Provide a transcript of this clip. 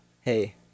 hey